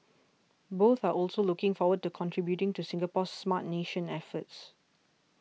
both are also looking forward to contributing to Singapore's Smart Nation efforts